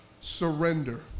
surrender